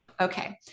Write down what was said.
Okay